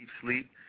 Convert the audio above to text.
sleep